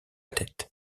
tête